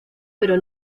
pero